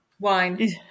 wine